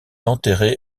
enterré